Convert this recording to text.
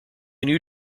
knew